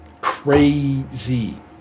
Crazy